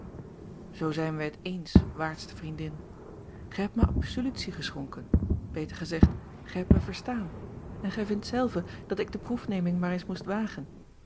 zoo zijn wij het eens waardste vriendin gij hebt mij absolutie geschonken beter gezegd gij hebt mij verstaan en gij vindt zelve dat ik de proefneming maar eens moet wagen